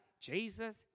Jesus